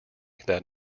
that